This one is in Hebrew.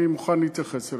אני מוכן להתייחס אליה.